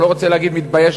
לא רוצה להגיד מתבייש,